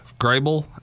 Grable